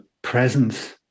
Presence